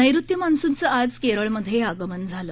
नैऋत्य मान्सूनचं आज केरळमध्ये आगमन झालं